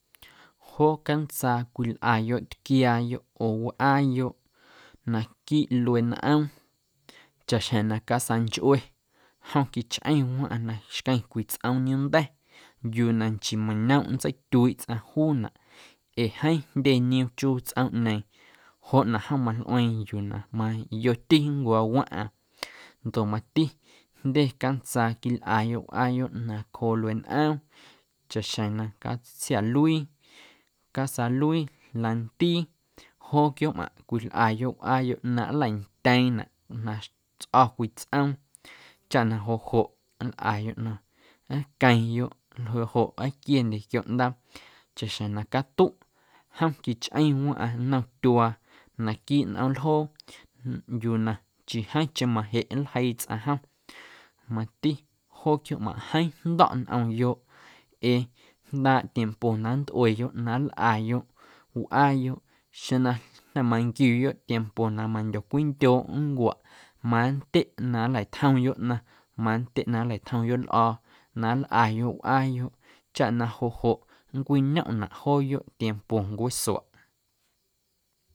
Joo cantsaa cwilꞌayoꞌ tquiaayoꞌ oo wꞌaayoꞌ naquiiꞌ luee nꞌoom chaꞌxjeⁿ na casaanchꞌue jom quichꞌeⁿ waⁿꞌaⁿ na xqueⁿ cwii tsꞌoom nioomnda̱ yuu na nchiiꞌ mañomꞌ nntseityuiiꞌ tsꞌaⁿ juunaꞌ ee jeeⁿ niom chuu tsꞌoomꞌñeeⁿ joꞌ na jom malꞌueeⁿ yuu na yoti nncwaa waⁿꞌaⁿ ndoꞌ mati jndye cantsaa quilꞌayoꞌ wꞌaayoꞌ nacjoo luee nꞌoom chaꞌxjeⁿ na catsiaꞌluii, casaaluii, lantii joo quiooꞌmꞌaⁿꞌ cwilꞌayoꞌ wꞌaayoꞌ na nlantyeeⁿnaꞌ na tsꞌo̱ cwii tsꞌoom chaꞌ na joꞌ joꞌ nlꞌayoꞌ na nlqueⁿyoꞌ joꞌ joꞌ aaquiendye quiooꞌndaaꞌ chaꞌxjeⁿ na catuꞌ jom quichꞌeⁿ waⁿꞌaⁿ nnom tyuaa naquiiꞌ nꞌoom ljoo yuu na nchii jeeⁿcheⁿ majeꞌ nljeii tsꞌaⁿ jom mati joo quiooꞌmꞌaⁿꞌ jeeⁿ jndo̱ꞌ nꞌomyoꞌ ee jndaaꞌ tiempo na nntꞌueyoꞌ na nlꞌayoꞌ wꞌaayoꞌ xeⁿ na jnda̱ manquiuyoꞌ tiempo na mandyocwindyooꞌ nncuaꞌ mantyeꞌ na nlatjomyoꞌ ꞌnaⁿ mantyeꞌ na nlatjomyoꞌ lꞌo̱o̱ na nlꞌayoꞌ wꞌaayoꞌ chaꞌ na joꞌ joꞌ nncwiñomꞌnaꞌ jooyoꞌ tiempo ncueesuaꞌ.